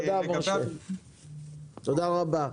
תודה רבה.